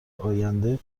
آینده